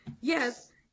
Yes